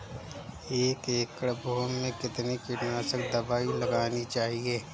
एक एकड़ भूमि में कितनी कीटनाशक दबाई लगानी चाहिए?